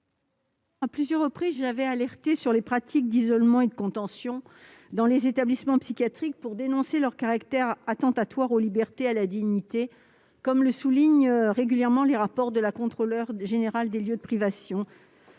à plusieurs reprises sur les pratiques d'isolement et de contention dans les établissements psychiatriques et dénoncé leur caractère attentatoire aux libertés et à la dignité, comme le souligne régulièrement la Contrôleure générale des lieux de privation